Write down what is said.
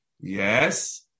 yes